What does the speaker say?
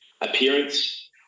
appearance